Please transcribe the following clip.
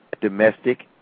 domestic